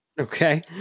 Okay